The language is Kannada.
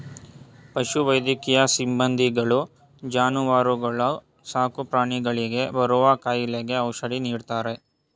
ಪಶು ವೈದ್ಯಕೀಯ ಸಿಬ್ಬಂದಿಗಳು ಜಾನುವಾರುಗಳು ಸಾಕುಪ್ರಾಣಿಗಳಿಗೆ ಬರುವ ಕಾಯಿಲೆಗೆ ಔಷಧಿ ನೀಡ್ತಾರೆ